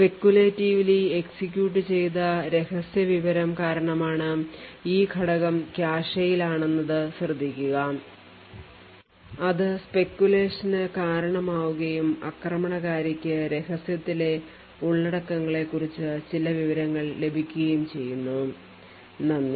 speculatively execute ചെയ്ത രഹസ്യ വിവരം കാരണം ആണ് ഈ ഘടകം കാഷെയിലാണെന്നത് ശ്രദ്ധിക്കുക അത് speculation ന് കാരണമാവുകയും ആക്രമണകാരിക്ക് രഹസ്യത്തിലെ ഉള്ളടക്കങ്ങളെക്കുറിച്ച് ചില വിവരങ്ങൾ ലഭിക്കുകയും ചെയ്യുന്നു നന്ദി